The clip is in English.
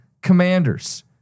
Commanders